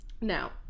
Now